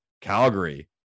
Calgary